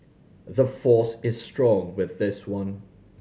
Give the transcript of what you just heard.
the force is strong with this one